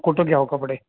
कुठं घ्यावं कपडे